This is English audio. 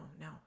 no